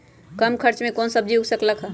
कम खर्च मे कौन सब्जी उग सकल ह?